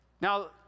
Now